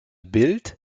bild